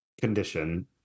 condition